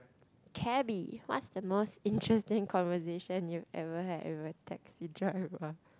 Cabby what's the most interesting conversation you ever had with a taxi driver